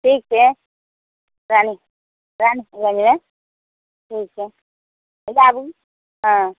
ठीक छै रानी रानी ठीक छै आबू हाँ